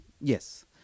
Yes